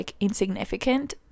insignificant